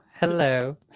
Hello